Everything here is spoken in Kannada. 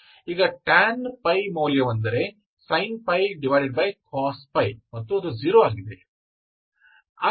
ಈಗ tan π ಮೌಲ್ಯವೆಂದರೆ sin cos ಮತ್ತು 0 ಆಗಿದೆ